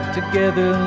together